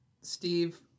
Steve